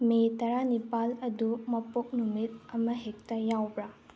ꯃꯦ ꯇꯔꯥꯅꯤꯄꯥꯜ ꯑꯗꯨ ꯃꯄꯣꯛ ꯅꯨꯃꯤꯠ ꯑꯃꯍꯦꯛꯇ ꯌꯥꯎꯕ꯭ꯔꯥ